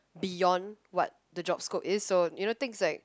beyond what the job scope is so you know things like